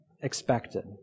expected